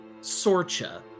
Sorcha